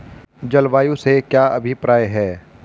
जलवायु से क्या अभिप्राय है?